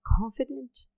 confident